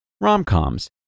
Rom-coms